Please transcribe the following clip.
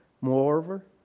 Moreover